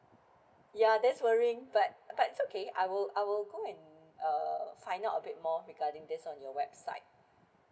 yeah that's worrying but but it's okay I will I will go and uh find out a bit more regarding this on your website